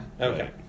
Okay